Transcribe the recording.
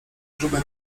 grube